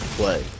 play